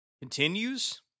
Continues